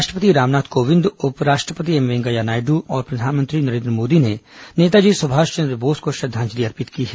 राष्ट्रपति रामनाथ कोविंद उपराष्ट्रपति एम वेंकैया नायडू और प्रधानमंत्री नरेन्द्र मोदी ने नेताजी सुभाषचन्द्र बोस को श्रद्वाजंलि दी है